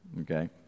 Okay